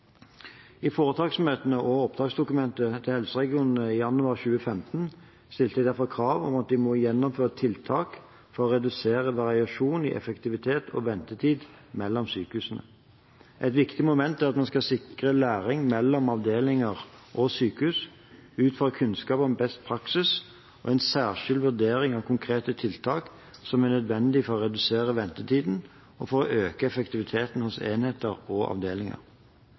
I foretaksmøtene og i oppdragsdokumentet til helseregionene i januar 2015 stilte jeg derfor krav om at de må gjennomføre tiltak for å redusere variasjoner i effektivitet og ventetid mellom sykehusene. Et viktig moment er at man skal sikre læring mellom avdelinger og sykehus ut fra kunnskap om beste praksis og en særskilt vurdering av konkrete tiltak som er nødvendig for å redusere ventetider og øke effektiviteten hos enheter og avdelinger.